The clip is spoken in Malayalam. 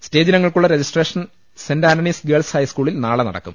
സ്റ്റേജിനങ്ങൾക്കുള്ള രജിസ്ട്രേഷൻ സെന്റ് ആന്റണീസ് ഗേൾസ് ഹൈസ്കൂളിൽ നാളെ നടക്കും